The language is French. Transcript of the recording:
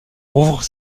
rouvre